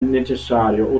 necessario